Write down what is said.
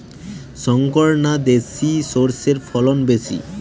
শংকর না দেশি সরষের ফলন বেশী?